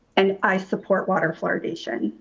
and i support water fluoridation.